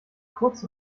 kurz